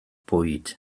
bwyd